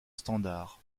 standard